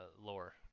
lore